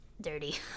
dirty